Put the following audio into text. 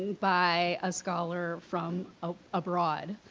by a scholar from ah abroad.